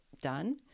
done